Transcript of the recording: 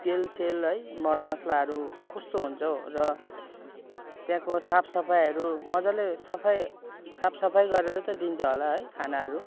तेल सेल है मर मसलाहरू कस्तो हुन्छ हौ र त्यहाँको साफ सफाइहरू मजाले सफै साफ सफाइ गरेर त दिन्छ होला है खानाहरू